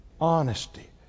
Honesty